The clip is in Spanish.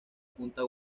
punta